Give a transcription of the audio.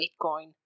Bitcoin